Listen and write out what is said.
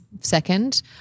second